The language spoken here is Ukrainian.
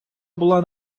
була